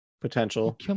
Potential